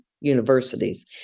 universities